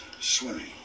swimming